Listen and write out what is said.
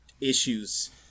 issues